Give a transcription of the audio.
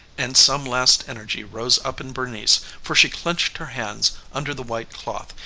and some last energy rose up in bernice, for she clinched her hands under the white cloth,